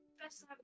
Best